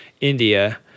India